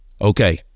Okay